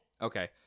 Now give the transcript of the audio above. Okay